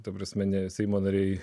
ta prasme ne seimo nariai